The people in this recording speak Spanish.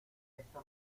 esta